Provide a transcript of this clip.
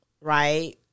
right